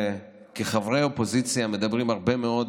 וכחברי אופוזיציה מדברים הרבה מאוד